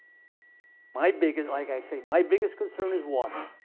my biggest, like i say, my biggest concern is water.